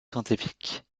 scientifiques